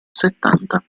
settanta